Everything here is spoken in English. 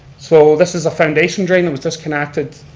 so this is a foundation drain that was disconnected,